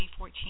2014